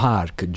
Park